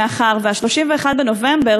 מאחר ש-31 בנובמבר,